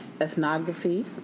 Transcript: ethnography